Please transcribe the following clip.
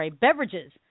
beverages